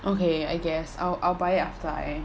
okay I guess I'll I'll buy it after I